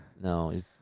No